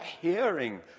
hearing